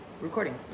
Recording